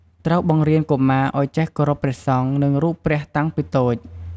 ត្រូវបង្រៀនកុមារឲ្យចះគោរពព្រះសង្ឃ និងរូបព្រះតាំងពីតូច។